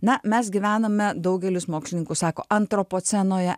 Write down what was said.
na mes gyvename daugelis mokslininkų sako antropocenoje